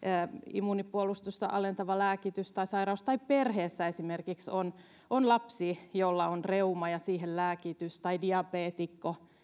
immuunipuolustusta alentava lääkitys tai sairaus tai esimerkiksi perheessä jossa on lapsi jolla on reuma ja siihen lääkitys tai diabeetikko